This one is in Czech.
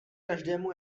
každému